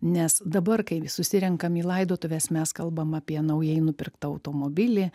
nes dabar kai susirenkam į laidotuves mes kalbam apie naujai nupirktą automobilį